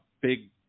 big